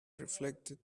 reflected